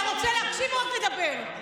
אתה רוצה להקשיב או רק לדבר?